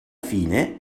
fine